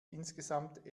insgesamt